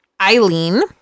Eileen